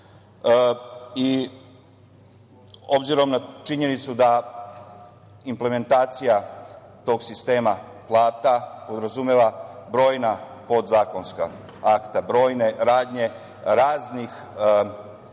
S obzirom na činjenicu da implementacija tog sistema plata podrazumeva brojna podzakonska akta, brojne radnje raznih